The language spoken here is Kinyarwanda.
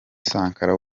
sankara